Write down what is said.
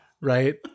Right